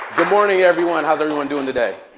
good morning, everyone. how's everyone doing today?